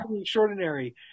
extraordinary